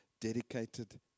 dedicated